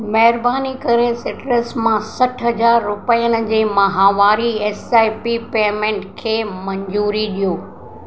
महिरबानी करे सिट्रस मां सठि हज़ार रुपियनि जी माहावारी एस आई पी पेमेंट खे मंज़ूरी ॾियो